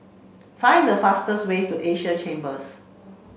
find the fastest way to Asia Chambers